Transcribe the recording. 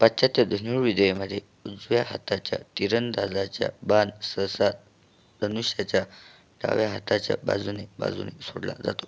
पाश्चात्य धनुर्विद्येमध्ये उजव्या हाताच्या तिरंदाजाचा बाण सहसा धनुष्याच्या डाव्या हाताच्या बाजूने बाजूने सोडला जातो